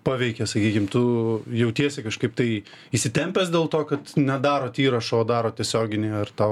paveikia sakykim tu jautiesi kažkaip tai įsitempęs dėl to kad nedarot įrašo o darot tiesioginį ar tau